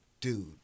dude